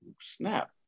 snap